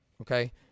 Okay